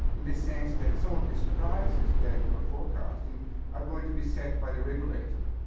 in the sense that some of these prices that you're forecasting are going to be set by the regulator.